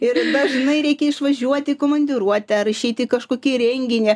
ir dažnai reikia išvažiuoti į komandiruotę rašyti kažkokį renginį